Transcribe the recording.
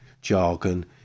jargon